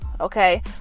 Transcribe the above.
okay